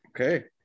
Okay